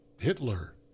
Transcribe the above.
Hitler